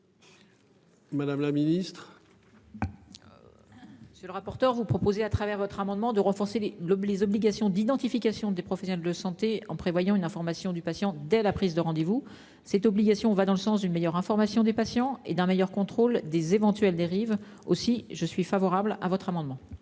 Madame la Ministre. Monsieur le rapporteur. Vous proposer à travers votre amendement, de renforcer les l'homme les obligations d'identification des professionnels de santé en prévoyant une information du patient, dès la prise de rendez-vous cette obligation va dans le sens d'une meilleure information des patients et d'un meilleur contrôle des éventuelles dérives aussi, je suis favorable à votre amendement.